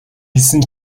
хэлсэн